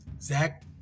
Zach